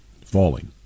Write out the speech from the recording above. falling